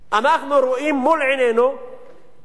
אנחנו רואים מול עינינו כיצד,